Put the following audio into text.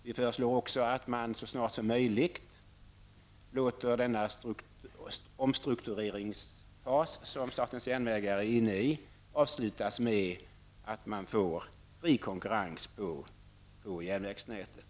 Vi föreslår också att man så snart som möjligt låter den omstruktureringsfas som statens järnvägar är inne i avslutas med att det skapas fri konkurrens på järnvägsnätet.